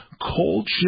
Cold